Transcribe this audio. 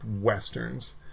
westerns